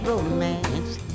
romance